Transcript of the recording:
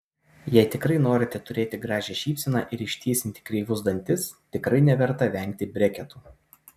jei tikrai norite turėti gražią šypseną ir ištiesinti kreivus dantis tikrai neverta vengti breketų